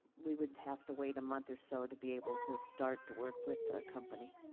we would have to wait a month or so to be able to start to work with the company.